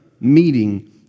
meeting